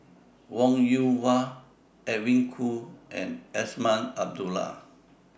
Wong Yoon Wah Edwin Koo and Azman Abdullah